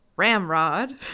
Ramrod